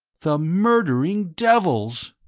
the murdering devils!